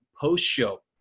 post-show